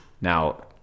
Now